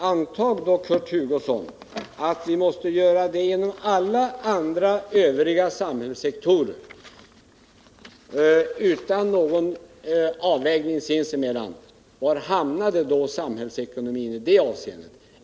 Antag då, Kurt Hugosson, att vi måste göra det inom alla andra samhällssektorer också utan någon avvägning sinsemellan! Var hamnade då samhällsekonomin i det avseendet?